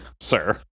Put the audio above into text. sir